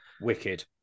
Wicked